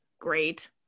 great